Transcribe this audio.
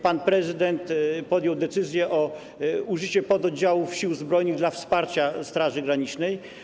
Pan prezydent podjął również decyzję o użyciu pododdziałów Sił Zbrojnych dla wsparcia Straży Granicznej.